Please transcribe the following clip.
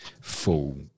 full